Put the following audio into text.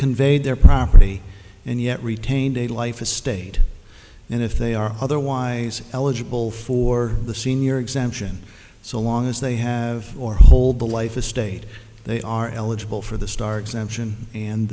conveyed their property and yet retained a life estate and if they are otherwise eligible for the senior exemption so long as they have or hold the life estate they are eligible for the star exemption and